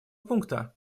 пункта